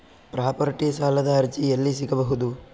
Property ಸಾಲದ ಅರ್ಜಿ ಎಲ್ಲಿ ಸಿಗಬಹುದು?